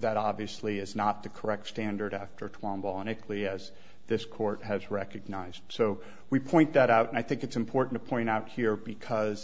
that obviously is not the correct standard after tuam baunach leah's this court has recognized so we point that out and i think it's important to point out here because